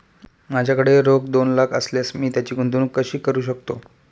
माझ्याकडे रोख दोन लाख असल्यास मी त्याची गुंतवणूक कशी करू शकतो?